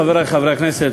חברי חברי הכנסת,